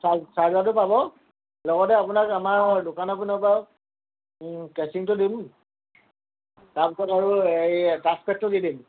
চাৰ্জাৰটো পাব লগতে আপোনাক আমাৰ দোকানৰ পিনৰ পৰাও কেচিংটো দিম তাৰপিছত আৰু এই দি দিম